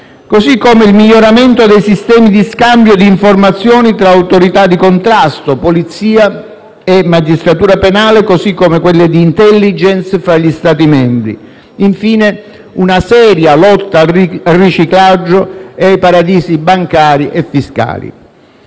così come il miglioramento dei sistemi di scambio di informazioni tra autorità di contrasto, Polizia e magistratura penale, così come quelle di *intelligence* fra gli Stati membri. Infine, una seria lotta al riciclaggio e ai paradisi bancari e fiscali.